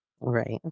right